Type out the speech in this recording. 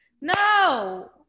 No